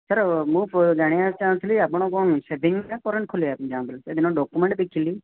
sir ମୁଁ ଜାଣିବାକୁ ଚାହୁଁଥିଲି ଆପଣ କଣ ସେଭିଂ ନା କରେଣ୍ଟ ଖୋଲିବା ପାଇଁ ଚାହୁଁଥିଲେ ସେ ଦିନ ଡକ୍ୟୁମେଣ୍ଟ ଦେଖିଲି